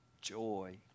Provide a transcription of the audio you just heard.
joy